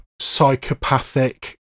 psychopathic